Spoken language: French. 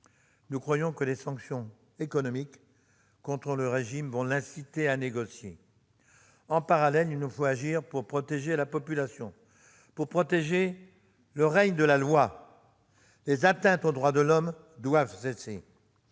nous croyons que les sanctions économiques contre le régime vont l'inciter à négocier. En parallèle, il nous faut agir pour protéger la population, pour protéger le règne de la loi. Les atteintes aux droits de l'homme doivent cesser.